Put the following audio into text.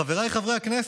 חבריי חברי הכנסת,